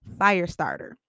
Firestarter